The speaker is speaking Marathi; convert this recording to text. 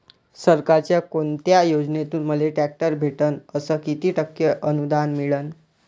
सरकारच्या कोनत्या योजनेतून मले ट्रॅक्टर भेटन अस किती टक्के अनुदान मिळन?